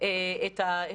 זאת אומרת,